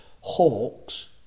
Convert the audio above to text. Hawks